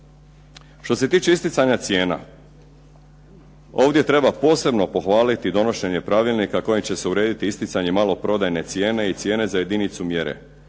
Što se tiče isticanja cijena, ovdje treba posebno pohvaliti donošenje pravilnika kojim će se urediti isticanje maloprodajne cijene i cijene za jedinicu mjere.